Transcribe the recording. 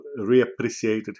reappreciated